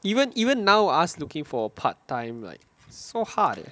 even even now us looking for part time like so hard leh